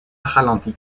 ralentit